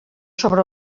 sobre